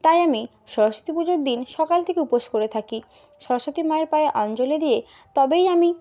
তাই আমি সরস্বতী পুজোর দিন সকাল থেকে উপোস করে থাকি সরস্বতী মায়ের পায়ে অঞ্জলি দিয়ে তবেই আমি